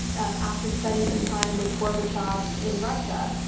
and after spending some time with gorbachev in russia,